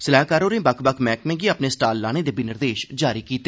सलाहकार होरें बक्ख बक्ख मैह्कमें गी अपने स्टाल लाने दे बी निर्देश जारी कीते